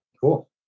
Cool